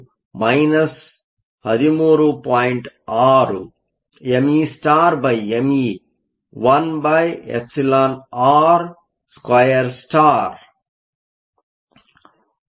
6meme 1εr2 12r2 ಆಗಿರುತ್ತದೆ